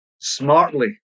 smartly